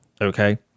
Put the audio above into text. okay